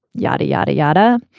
yadda, yadda, yadda.